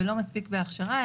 ולא מספיקה הכשרה,